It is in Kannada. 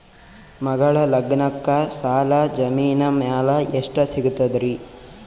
ಮಗಳ ಲಗ್ನಕ್ಕ ಸಾಲ ಜಮೀನ ಮ್ಯಾಲ ಎಷ್ಟ ಸಿಗ್ತದ್ರಿ?